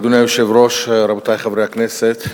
אדוני היושב-ראש, רבותי חברי הכנסת,